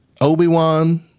Obi-Wan